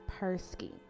Persky